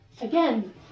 Again